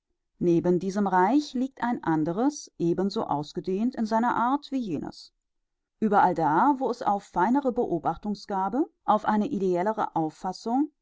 neben diesem reich liegt ein anderes ebenso ausgedehnt in seiner art wie jenes ueberall da wo es auf feinere beobachtungsgabe auf eine ideellere auffassung